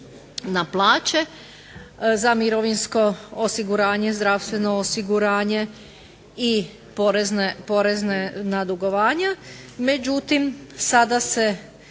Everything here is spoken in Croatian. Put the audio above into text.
na plaće, za mirovinsko osiguranje, zdravstveno osiguranje i porezna dugovanja. Međutim, sada se